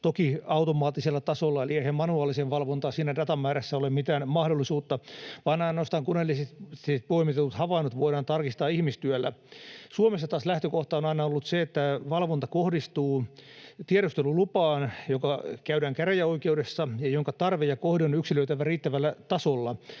toki automaattisella tasolla, eli eihän manuaaliseen valvontaan siinä datan määrässä ole mitään mahdollisuutta, vaan ainoastaan koneellisesti poimitut havainnot voidaan tarkistaa ihmistyöllä. Suomessa taas lähtökohta on aina ollut se, että valvonta kohdistuu tiedostelulupaan, joka käydään läpi käräjäoikeudessa ja jonka tarve ja kohde on yksilöitävä riittävällä tasolla,